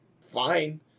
fine